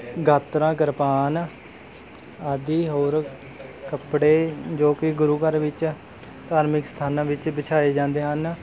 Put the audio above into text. ਗਾਤਰਾ ਕਿਰਪਾਨ ਆਦਿ ਹੋਰ ਕੱਪੜੇ ਜੋ ਕਿ ਗੁਰੂ ਘਰ ਵਿੱਚ ਧਾਰਮਿਕ ਸਥਾਨਾਂ ਵਿੱਚ ਵਿਛਾਏ ਜਾਂਦੇ ਹਨ